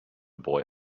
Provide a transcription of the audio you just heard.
boy